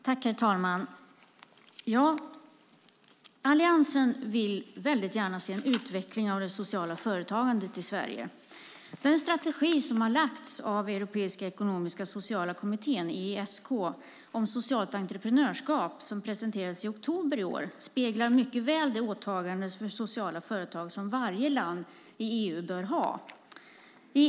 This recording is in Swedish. Herr talman! Alliansen vill väldigt gärna se en utveckling av det sociala företagandet i Sverige. Den strategi för socialt entreprenörskap som presenterades av Europeiska ekonomiska och sociala kommittén, EESK, i oktober i år speglar mycket väl det åtagande för sociala företag som varje land i EU bör ha.